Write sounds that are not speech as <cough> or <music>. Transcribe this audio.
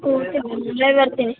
okay ma'am <unintelligible> ಬರ್ತೀನಿ